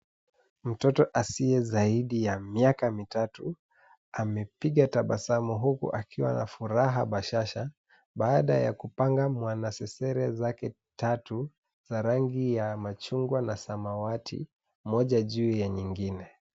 Mtoto asiye zaidi ya miaka mitatu amepiga tabasamu huku akiwa na furaha bashasha baada ya kupanga mwanasesere zake tatu za rangi ya machungwa na samawati, moja juu ya nyingine.